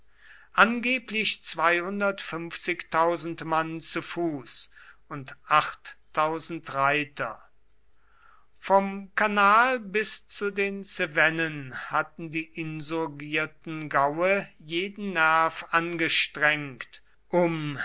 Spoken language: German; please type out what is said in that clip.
angeblich mann zu fuß und reiter vom kanal bis zu den cevennen hatten die insurgierten gaue jeden nerv angestrengt um